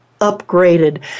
upgraded